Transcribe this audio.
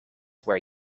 where